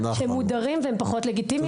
שהם מודרים והם פחות לגיטימיים.